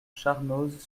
charnoz